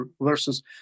versus